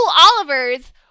Olivers